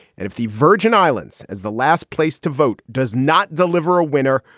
and if the virgin islands is the last place to vote, does not deliver a winner.